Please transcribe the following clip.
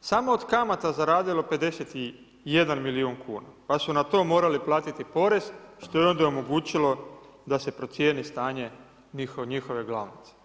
samo od kamata zaradilo 51 milijun kuna pa su na to morali platiti porez što je onda omogućilo da se procijeni stanje njihove glavnice.